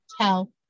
Tell